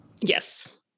Yes